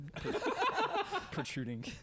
Protruding